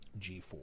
g4